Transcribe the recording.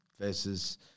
versus